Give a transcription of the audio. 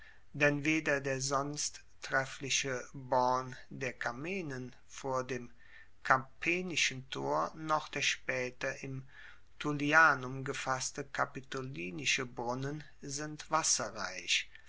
denn weder der sonst treffliche born der camenen vor dem capenischen tor noch der spaeter im tullianum gefasste kapitolinische brunnen sind wasserreich